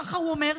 כך הוא אומר,